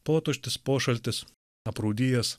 potuštis pošaltis aprūdijęs